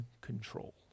control